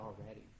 already